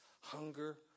hunger